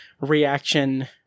reaction